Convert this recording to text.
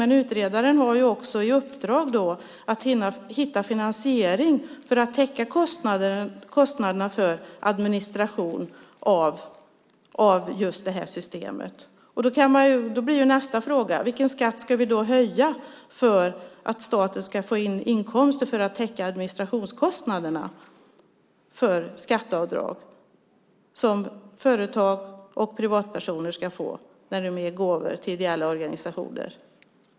Men utredaren har också i uppdrag att hitta finansiering för att täcka kostnaderna för administration av just det systemet. Då blir nästa fråga: Vilken skatt ska vi höja för att staten ska få in inkomster för att täcka administrationskostnaderna för skatteavdrag som företag och privatpersoner ska få när de ger gåvor till ideella organisationer?